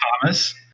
Thomas